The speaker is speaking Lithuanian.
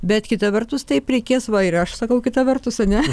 bet kita vertus taip reikės va ir aš sakau kita vertus ane